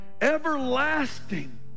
everlasting